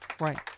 Right